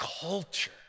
culture